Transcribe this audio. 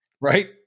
Right